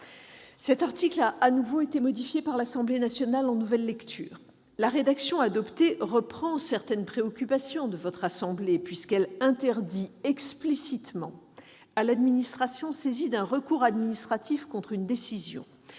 Cet article a de nouveau été modifié par l'Assemblée nationale en nouvelle lecture. La rédaction adoptée reprend certaines préoccupations de votre assemblée, puisqu'elle interdit explicitement à l'administration, saisie d'un recours administratif contre une décision,